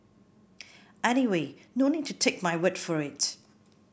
anyway no need to take my word for it